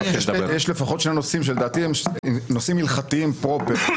יש לפחות שני נושאים שלדעתי הם נושאים הלכתיים פרופר,